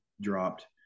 dropped